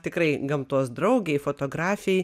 tikrai gamtos draugei fotografei